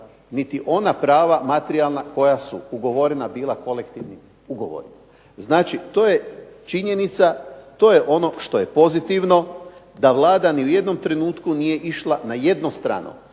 niti ona prava materijalna koja su ugovorena bila kolektivnim ugovorom. Znači to je činjenica, to je ono što je pozitivno da Vlada ni u jednom trenutku nije išla na jednostrano